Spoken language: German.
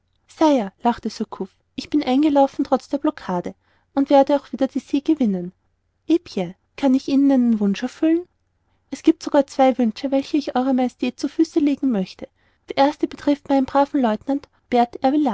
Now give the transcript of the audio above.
ich bin eingelaufen trotz der blockade und werde auch wieder die see gewinnen eh bien kann ich ihnen einen wunsch erfüllen es gibt sogar zwei wünsche welche ich ew majestät zu füßen legen möchte der erste betrifft meinen braven lieutenant bert